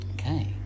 Okay